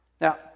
Now